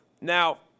Now